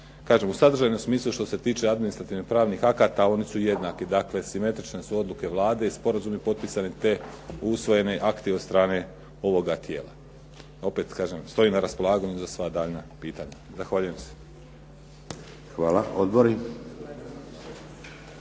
u sadržajnom smislu što se tiče administrativno pravnih akata, oni su jednaki, dakle, simetrične su odluke Vlade i sporazumi potpisani, te usvojeni akti od strane ovoga tijela. Opet kažem, stoji na raspolaganju za sva daljnja pitanja. Zahvaljujem se. **Šeks, Vladimir